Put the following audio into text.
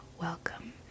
welcome